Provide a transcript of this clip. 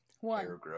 One